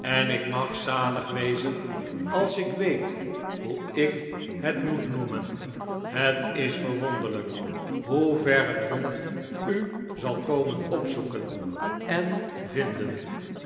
enikmag zalig wezen als ik weet hoe ik het moet noemen het is vei'wonderlijk hoe ver een hond u zal komen opzoeken en vinden